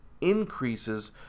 increases